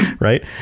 right